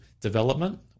development